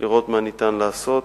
לראות מה ניתן לעשות.